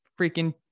freaking